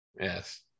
yes